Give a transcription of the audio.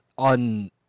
On